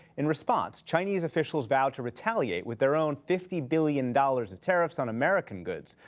in response, chinese officials vowed to retaliate with their own fifty billion dollars of tariffs on american goods,